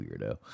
weirdo